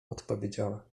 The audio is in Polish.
odpowiedziała